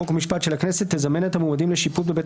חוק ומשפט של הכנסת תזמן את המועמדים לשיפוט בבית